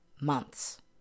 months